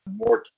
more